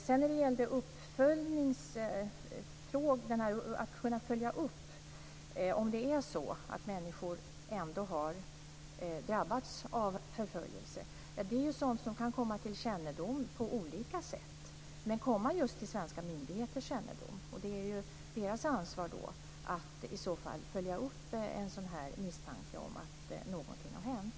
Sedan ställdes det en fråga om att kunna följa upp och undersöka om människor ändå har drabbats av förföljelse. Det är sådant som kan komma till svenska myndigheters kännedom på olika sätt. Det är deras ansvar att i så fall följa upp en misstanke om att någonting har hänt.